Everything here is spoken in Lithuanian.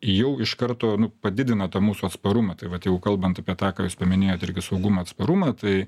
jau iš karto nu padidino tą mūsų atsparumą tai vat jau kalbant apie tą ką jūs paminėjot irgi saugumą atsparumą tai